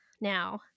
now